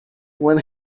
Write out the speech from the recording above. when